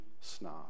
snob